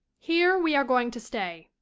here we are going to stay,